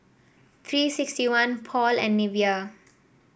Three six one Paul and Nivea